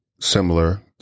similar